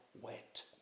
wet